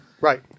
Right